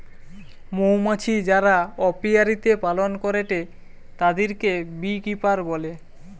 মৌমাছি যারা অপিয়ারীতে পালন করেটে তাদিরকে বী কিপার বলে